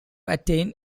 attain